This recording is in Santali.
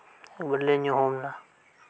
ᱨᱩᱣᱟᱹᱲᱞᱮ ᱧᱩᱦᱩᱢᱮᱱᱟ